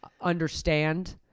understand